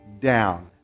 down